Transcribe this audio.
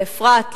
לאפרת,